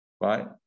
right